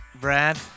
Brad